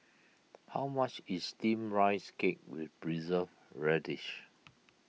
how much is Steamed Rice Cake with Preserved Radish